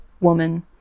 woman